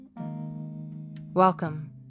Welcome